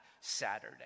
Saturday